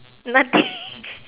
nothing